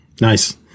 Nice